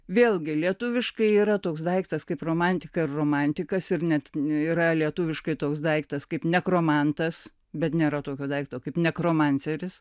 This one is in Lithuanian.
vėlgi lietuviškai yra toks daiktas kaip romantika ir romantikas ir net yra lietuviškai toks daiktas kaip nekromantas bet nėra tokio daikto kaip nekromanceris